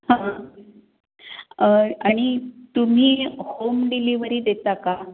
हां आणि तुम्ही होम डिलिव्हरी देता का